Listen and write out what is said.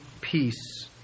peace